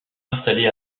installé